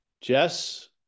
Jess